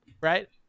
right